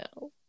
No